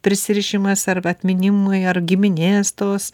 prisirišimas arba atminimui ar giminės tos